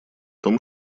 том